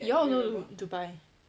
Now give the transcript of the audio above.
you all also dubai